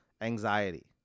anxiety